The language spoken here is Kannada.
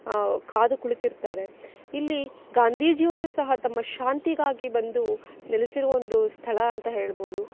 ಕಾದು ಕುಳಿತಿರ್ತಾರೆ ಇಲ್ಲಿ ಗಾಂಧೀಜಿಯವರು ಸಹ ತಮ್ಮ ಶಾಂತಿಗಾಗಿ ಬಂದು ನೆಲೆಸಿರುವ ಒಂದು ಸ್ಥಳ ಅಂತ ಹೇಳ್ಬೌದು